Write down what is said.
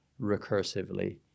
recursively